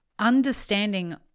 Understanding